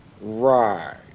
Right